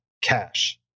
cash